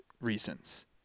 reasons